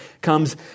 comes